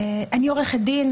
אני עורכת דין,